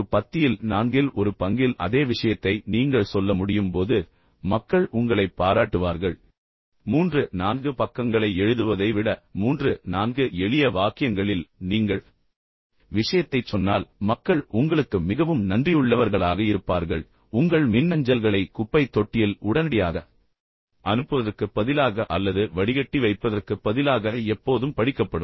ஒரு பத்தியில் நான்கில் ஒரு பங்கில் அதே விஷயத்தை நீங்கள் சொல்ல முடியும் போது உண்மையில் மக்கள் உங்களைப் பாராட்டுவார்கள் மூன்று நான்கு பக்கங்களை எழுதுவதை விட மூன்று நான்கு எளிய வாக்கியங்களில் நீங்கள் விஷயத்தைச் சொன்னால் மக்கள் உங்களுக்கு மிகவும் நன்றியுள்ளவர்களாக இருப்பார்கள் உங்கள் மின்னஞ்சல்களை குப்பைத் தொட்டியில் உடனடியாக அனுப்புவதற்குப் பதிலாக அல்லது வடிகட்டி வைப்பதற்குப் பதிலாக எப்போதும் படிக்கப்படும்